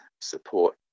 support